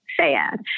sad